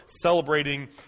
celebrating